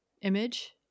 image